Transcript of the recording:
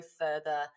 further